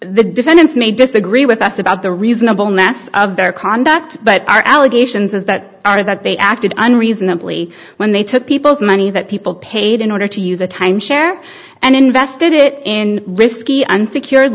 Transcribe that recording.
the defendants may disagree with us about the reasonableness of their conduct but our allegations as that are that they acted unreasonably when they took people's money that people paid in order to use a timeshare and invested it in risky unsecured